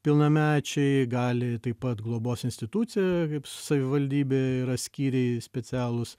pilnamečiai gali taip pat globos institucija kaip savivaldybė yra skyriai specialūs